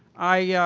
i yeah